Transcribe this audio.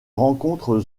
rencontrent